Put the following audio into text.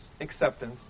acceptance